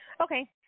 Okay